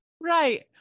Right